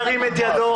ירים את ידו.